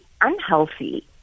unhealthy